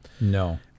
No